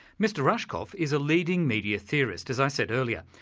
mr rushkoff is a leading media theorist, as i said earlier.